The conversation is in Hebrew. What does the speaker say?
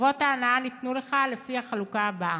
טובות ההנאה ניתנו לך לפי החלוקה הבאה: